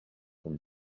from